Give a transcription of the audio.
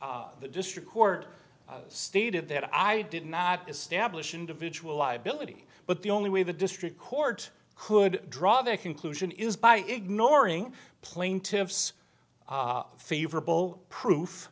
was the district court stated that i did not establish individual liability but the only way the district court could draw their conclusion is by ignoring plaintiff's favorable proof